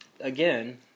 Again